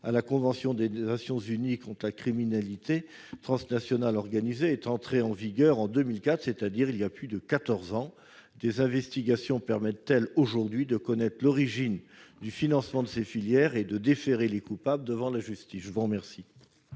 à la convention des Nations unies contre la criminalité transnationale organisée est entré en vigueur en 2004, c'est-à-dire il y a plus de quatorze ans. Des investigations permettent-elles aujourd'hui de connaître l'origine du financement de ces filières et de déférer les coupables à la justice ? La parole